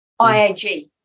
IAG